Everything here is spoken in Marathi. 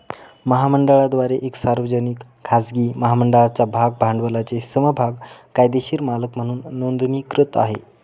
महामंडळाद्वारे एक सार्वजनिक, खाजगी महामंडळाच्या भाग भांडवलाचे समभाग कायदेशीर मालक म्हणून नोंदणीकृत आहे